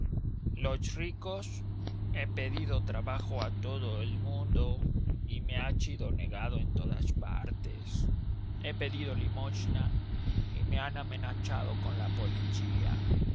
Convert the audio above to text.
los ricos he pedido trabajo a todo el mundo y me ha sido negado en todas partes he pedido limosna y me han amenazado con la policía